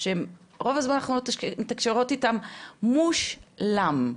שרוב הזמן אנחנו מתקשרות איתם מושלם.